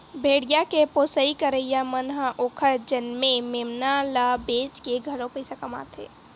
भेड़िया के पोसई करइया मन ह ओखर जनमे मेमना ल बेचके घलो पइसा कमाथे